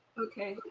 okay.